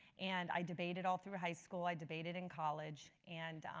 and i debated all through high school. i debated in college and